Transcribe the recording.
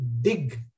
dig